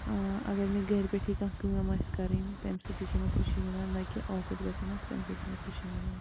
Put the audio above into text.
اگر مےٚ گَرِ پیٚٹھی کانٛہہ کٲم آسہِ کَرٕنۍ تَمہِ سۭتۍ تہِ چھےٚ مےٚ خوشی مِلان نَہ کہِ آفِس گژھُن آسہِ تَمہِ سۭتۍ چھےٚ مےٚ خوشی مِلان